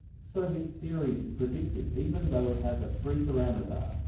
so this theory is predictive even though it has a free parameter.